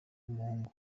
w’umuhungu